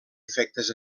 efectes